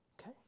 okay